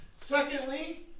Secondly